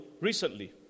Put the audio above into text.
recently